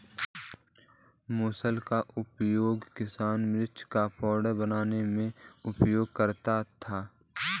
मुसल का उपयोग किसान मिर्ची का पाउडर बनाने में उपयोग करते थे